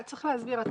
צריך להסביר.